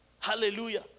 Hallelujah